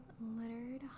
littered